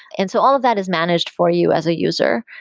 and so all of that is managed for you as a user.